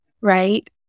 right